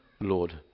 Lord